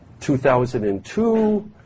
2002